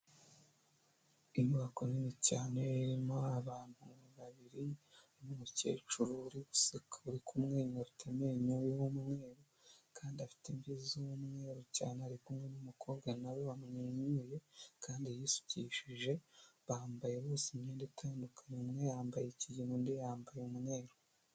Inyubako nini cyane irimo abantu babiri harimo umukecuru uri guseka uri kumwenyura afite amenyo y'umweruru kandi afite imvi z'umweruru cyane, ari kumwe n'umukobwa nawe wamwenyuye kandi yisukishijeje, bambaye bose imyenda itandukanye umwe yambaye ikige undi yambaye umweru.